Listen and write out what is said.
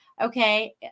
Okay